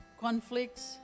conflicts